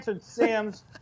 Sam's